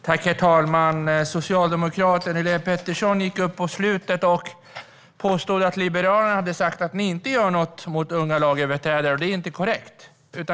Herr talman! Socialdemokraten Helene Petersson i Stockaryd påstod att Liberalerna hade sagt att ni inte gör något mot unga lagöverträdare. Det är inte korrekt.